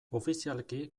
ofizialki